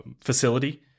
facility